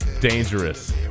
Dangerous